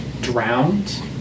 drowned